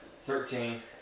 Thirteen